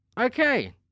Okay